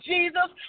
Jesus